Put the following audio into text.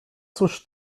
cóż